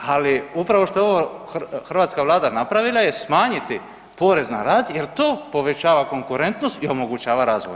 Ali upravo što je ovo hrvatska vlada napravila je smanjiti porez na rad jel to povećava konkurentnost i omogućava razvoj.